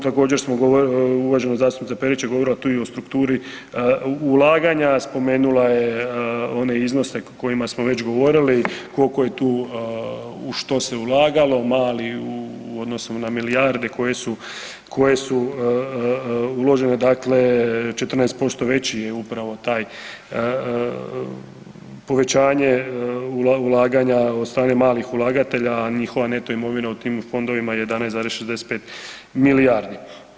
Također uvažena zastupnica Perić je govorila tu i o strukturi ulaganja, spomenula je one iznose o kojima smo već govorili, koliko je tu, u što se ulagalo, mali u odnosu na milijarde koje su, koje su uložene, dakle 14% veći je upravo taj povećanje ulaganja od strane malih ulagatelja, a njihova neto imovina u tim fondovima je 11,65 milijardi.